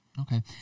Okay